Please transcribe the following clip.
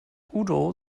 udo